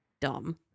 Dumb